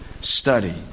study